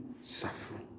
suffering